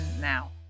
now